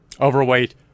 overweight